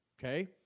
Okay